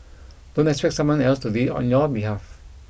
don't expect someone else to do it on your behalf